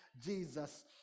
jesus